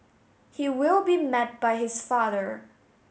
he will be met by his father